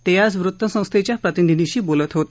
ते आज वृत्तसंस्थेच्या प्रतिनिधीशी बोलत होते